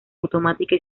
automática